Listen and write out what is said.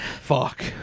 Fuck